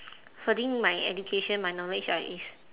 furthering my education my knowledge ah is